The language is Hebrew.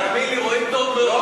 תאמין לי, רואים טוב מאוד.